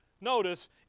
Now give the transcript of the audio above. notice